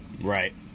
Right